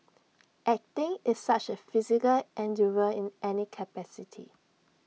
acting is such A physical endeavour in any capacity